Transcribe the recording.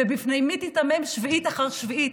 / ולפני מי תיתמם שביעית אחר שביעית